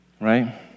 right